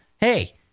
hey